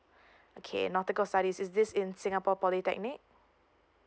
okay nautical studies is this in singapore polytechnic